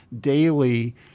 daily